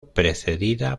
precedida